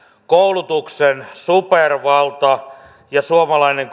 koulutuksen supervalta ja suomalainen